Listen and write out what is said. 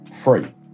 free